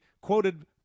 quoted